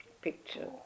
picture